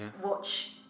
watch